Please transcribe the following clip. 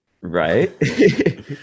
Right